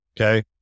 Okay